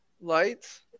lights